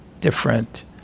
different